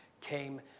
came